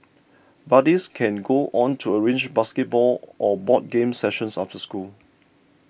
buddies can go on to arrange basketball or board games sessions after school